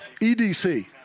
EDC